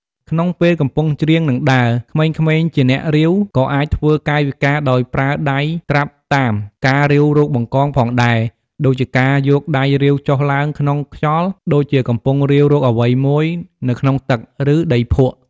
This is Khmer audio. ក្នុងពេលកំពុងច្រៀង និងដើរ ក្មេងៗជា អ្នករាវ ក៏អាចធ្វើ កាយវិការដោយប្រើដៃត្រាប់តាម ការរាវរកបង្កងផងដែរ ដូចជាការយកដៃរាវចុះឡើងក្នុងខ្យល់ ដូចជាកំពុងរាវរកអ្វីមួយនៅក្នុងទឹក ឬដីភក់។